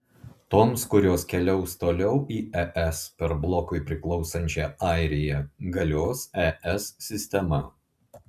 toms kurios keliaus toliau į es per blokui priklausančią airiją galios es sistema